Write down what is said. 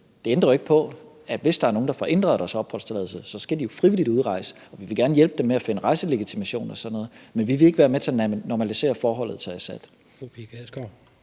Det ændrer jo ikke på, at hvis der er nogle, der får ændret deres opholdstilladelse, så skal de jo frivilligt udrejse. Vi vil gerne hjælpe dem med at finde rejselegitimation og sådan noget, men vi vil ikke være med til at normalisere forholdet til Assad.